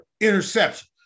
interception